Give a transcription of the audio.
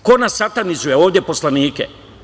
Ko nas satanizuje ovde poslanike?